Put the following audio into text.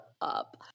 up